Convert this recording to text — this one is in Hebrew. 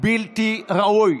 בלתי ראוי.